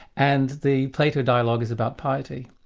and the plato dialogue is about piety.